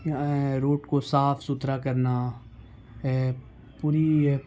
یہاں روڈ کو صاف ستھرا کرنا پوری